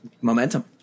momentum